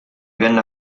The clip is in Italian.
venne